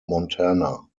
montana